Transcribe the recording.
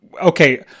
okay